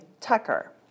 Tucker